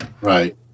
Right